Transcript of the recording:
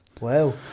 wow